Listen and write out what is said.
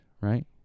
right